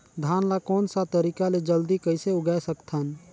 धान ला कोन सा तरीका ले जल्दी कइसे उगाय सकथन?